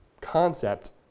concept